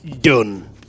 Done